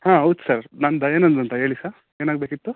ಹಾಂ ಹೌದು ಸರ್ ನಾನು ದಯಾನಂದ್ ಅಂತ ಹೇಳಿ ಸರ್ ಏನಾಗಬೇಕಿತ್ತು